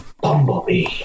Bumblebee